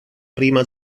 prima